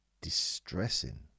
distressing